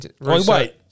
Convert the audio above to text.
wait